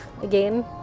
again